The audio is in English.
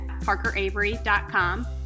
parkeravery.com